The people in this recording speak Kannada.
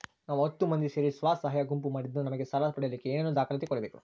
ನಾವು ಹತ್ತು ಮಂದಿ ಸೇರಿ ಸ್ವಸಹಾಯ ಗುಂಪು ಮಾಡಿದ್ದೂ ನಮಗೆ ಸಾಲ ಪಡೇಲಿಕ್ಕ ಏನೇನು ದಾಖಲಾತಿ ಕೊಡ್ಬೇಕು?